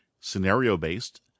scenario-based